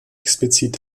explizit